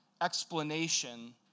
explanation